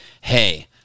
hey